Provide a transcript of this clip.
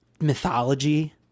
mythology